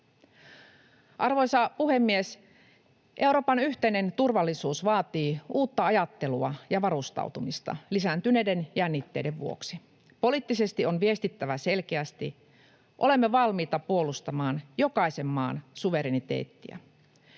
Arvoisa puhemies! Euroopan yhteinen turvallisuus vaatii uutta ajattelua ja varustautumista lisääntyneiden jännitteiden vuoksi. Poliittisesti on viestittävä selkeästi: olemme valmiita puolustamaan jokaisen maan suvereniteettia.